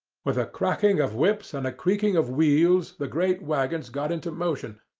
with a cracking of whips and a creaking of wheels the great waggons got into motion,